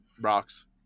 rocks